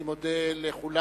אני מודה לכולם.